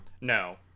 No